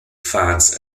funds